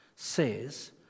Says